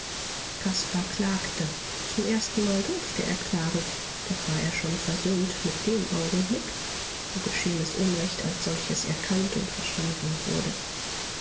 caspar klagte zum erstenmal durfte er klagen doch war er schon versöhnt mit dem augenblick wo geschehenes unrecht als solches erkannt und verstanden wurde